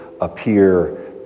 appear